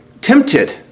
tempted